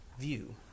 view